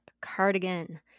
Cardigan